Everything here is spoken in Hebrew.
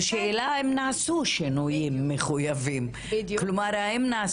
והשאלה אם נעשו שינויים מחוייבים, כלומר.